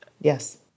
Yes